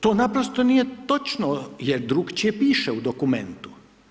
To naprosto nije točno, jer drugačije piše u dokumentu.